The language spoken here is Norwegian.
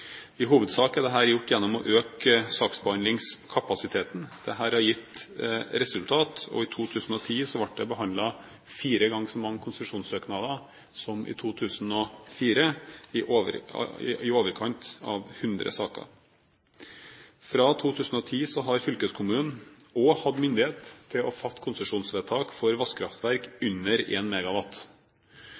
i NVE. I hovedsak er dette gjort gjennom å øke saksbehandlingskapasiteten. Dette har gitt resultater. I 2010 ble det behandlet fire ganger så mange konsesjonssøknader som i 2004, i overkant av 100 saker. Fra 2010 har fylkeskommunene hatt myndighet til å fatte konsesjonsvedtak for vannkraftverk under